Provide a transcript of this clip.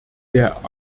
der